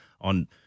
on